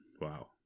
Wow